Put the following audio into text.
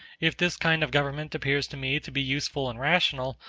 if this kind of government appears to me to be useful and rational,